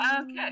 okay